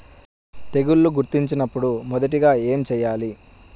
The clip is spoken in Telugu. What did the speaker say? తెగుళ్లు గుర్తించినపుడు మొదటిగా ఏమి చేయాలి?